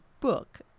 book